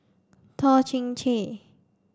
Toh Chin Chye